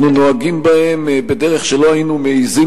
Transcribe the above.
אנחנו נוהגים בהם בדרך שלא היינו מעזים